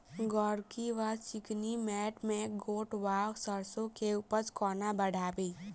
गोरकी वा चिकनी मैंट मे गोट वा सैरसो केँ उपज कोना बढ़ाबी?